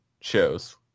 shows